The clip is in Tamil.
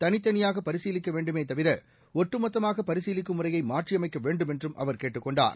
தனித்தனியாக பரிசீலிக்க வேண்டுமே தவிர ஒட்டுமொத்தமாக பரிசீலிக்கும் முறையை மாற்றியமைக்க வேண்டும் என்றும் அவர் கேட்டுக் கொண்டார்